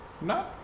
No